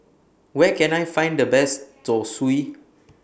Where Can I Find The Best Zosui